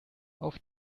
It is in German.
auf